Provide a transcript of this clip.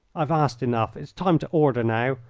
i've asked enough. it's time to order now.